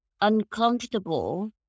uncomfortable